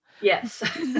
Yes